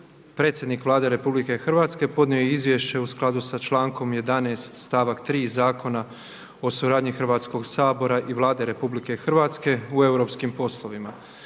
Predsjednik Vlade Republike Hrvatske podnio je izvješće u skladu sa člankom 11. stavak 3. Zakon o suradnji Hrvatskoga sabora i Vlade Republike Hrvatske u europskim poslovima.